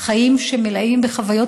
חיים שמלאים בחוויות,